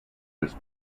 was